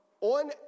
on